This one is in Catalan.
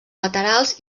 laterals